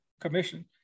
commission